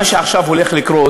מה שעכשיו הולך לקרות,